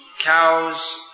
cows